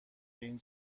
این